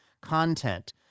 content